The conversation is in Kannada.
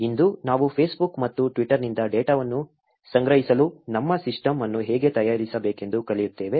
ಇಂದು ನಾವು ಫೇಸ್ಬುಕ್ ಮತ್ತು ಟ್ವಿಟರ್ನಿಂದ ಡೇಟಾವನ್ನು ಸಂಗ್ರಹಿಸಲು ನಮ್ಮ ಸಿಸ್ಟಮ್ ಅನ್ನು ಹೇಗೆ ತಯಾರಿಸಬೇಕೆಂದು ಕಲಿಯುತ್ತೇವೆ